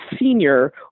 senior